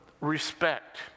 respect